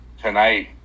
tonight